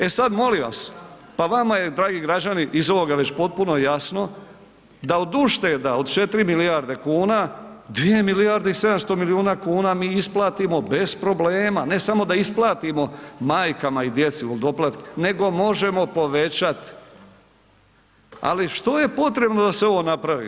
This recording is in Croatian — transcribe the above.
E sad molim vas, pa vama je dragi građani, iz ovoga već potpuno jasno da od ušteda od 4 milijarde, 2 milijarde i 700 milijuna kuna mi isplatimo bez problema, ne samo da isplatimo majkama i djeci doplatak, nego možemo povećat ali što je potrebno da se ovo napravi?